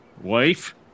Wife